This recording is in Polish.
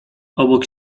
obok